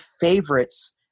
favorites